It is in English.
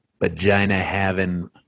vagina-having